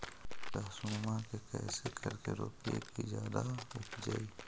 लहसूनमा के कैसे करके रोपीय की जादा उपजई?